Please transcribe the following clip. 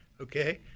okay